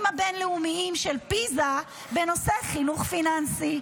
הבין-לאומיים של פיז"ה בנושא חינוך פיננסי,